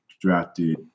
drafted